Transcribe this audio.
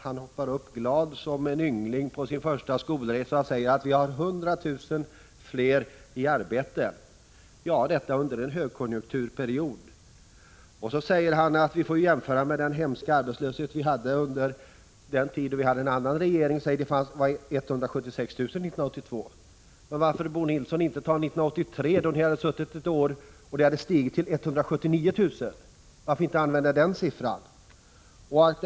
Han hoppar upp glad som en yngling på sin första skolresa och säger att vi har 100 000 fler i arbeten. Ja, detta under en högkonjunkturperiod. Så säger han vidare att vi får jämföra detta med den hemska arbetslöshet vi hade under den tid då vi hade en annan regering. Då fanns 176 000 arbetslösa år 1982. Men varför, Bo Nilsson, inte ta exempelvis år 1983, då socialdemokraterna hade suttit i regeringsställning ett år och antalet arbetslösa hade stigit till 179 000? Varför inte använda den siffran?